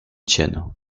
tienne